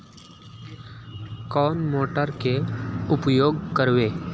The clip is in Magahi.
कौन मोटर के उपयोग करवे?